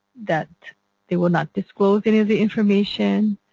that they would not disclose any of the information,